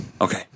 Okay